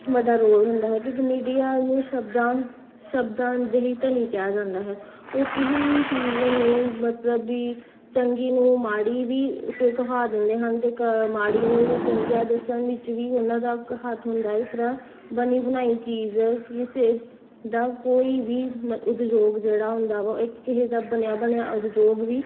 ਵੱਡਾ ਰੋਲ ਹੁੰਦਾ ਹੈ ਕਿਉਂਕਿ ਮੀਡੀਆ ਨੂੰ ਸ਼ਬਦਾਂ ਸ਼ਬਦਾਂ ਦੇ ਹੀ ਧਨੀ ਕਿਹਾ ਜਾਂਦਾ ਹੈ ਉਹ ਕਿਸੇ ਵੀ ਚੀਜ਼ ਨੂੰ ਮਤਲਬ ਵੀ ਚੰਗੀ ਨੂੰ ਮਾੜੀ ਵੀ ਕ ਕਹਾ ਦਿੰਦੇ ਹਨ ਅਤੇ ਕ ਮਾੜੀ ਨੂੰ ਵੀ ਚੰਗਿਆ ਦੱਸਣ ਵਿੱਚ ਵੀ ਉਹਨਾਂ ਦਾ ਇੱਕ ਹੱਥ ਹੁੰਦਾ ਜਿਸ ਤਰ੍ਹਾਂ ਬਣੀ ਬਣਾਈ ਚੀਜ਼ ਕਿਸੇ ਦਾ ਕੋਈ ਵੀ ਮ ਉਦਯੋਗ ਜਿਹੜਾ ਹੁੰਦਾ ਵਾ ਇਹ ਕਿਸੇ ਦਾ ਬਣਿਆ ਬਣਿਆ ਉਦਯੋਗ ਵੀ